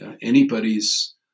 anybody's